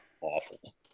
awful